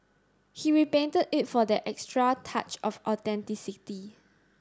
he repainted it for that extra touch of authenticity